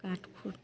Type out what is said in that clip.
काट खूट